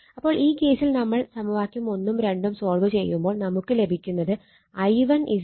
അപ്പോൾ ഈ കേസിൽ നമ്മൾ സമവാക്യം 1ഉം 2ഉം സോൾവ് ചെയ്യുമ്പോൾ നമുക്ക് ലഭിക്കുന്നത് i1 1